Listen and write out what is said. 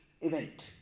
event